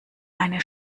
eine